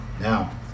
Now